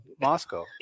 Moscow